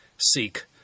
seek